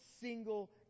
single